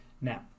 Now